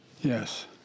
Yes